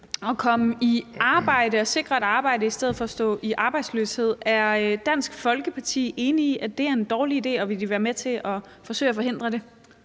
at komme i arbejde og blive sikret et arbejde i stedet for at stå i arbejdsløshed. Er Dansk Folkeparti enig i, at det er en dårlig idé at afskaffe den, og vil I være med til at forsøge at forhindre det?